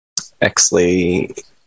Exley